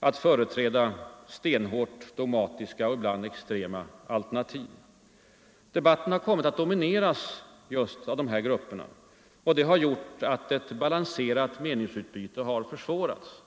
att företräda stenhårt dogmatiska och ibland extrema alternativ. Debatten har kommit att domineras just av dessa grupper, och det har gjort att ett balanserat meningsutbyte har försvårats.